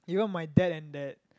even my dad and that